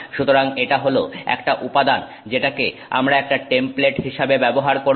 সুতরাং এটা হল একটা উপাদান যেটাকে আমরা একটা টেমপ্লেট হিসাবে ব্যবহার করব